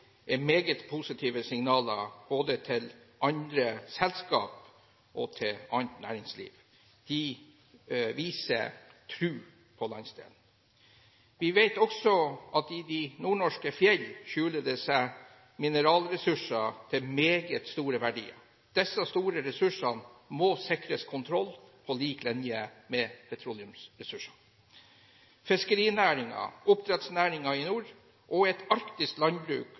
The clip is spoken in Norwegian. er meget positive signaler både til andre selskaper og til annet næringsliv. De viser tro på landsdelen. Vi vet også at i de nordnorske fjell skjuler det seg mineralressurser av meget stor verdi. Disse store ressursene må sikres kontroll på lik linje med petroleumsressursene. Fiskerinæringen, oppdrettsnæringen i nord og